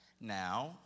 Now